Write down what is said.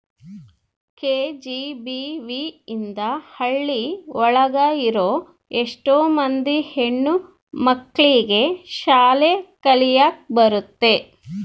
KGBV ಇಂದ ಹಳ್ಳಿ ಒಳಗ ಇರೋ ಎಷ್ಟೋ ಮಂದಿ ಹೆಣ್ಣು ಮಕ್ಳಿಗೆ ಶಾಲೆ ಕಲಿಯಕ್ ಬರುತ್ತೆ